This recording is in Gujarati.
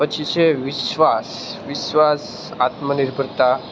પછી છે વિશ્વાસ વિશ્વાસ આત્મનિર્ભરતા